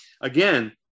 again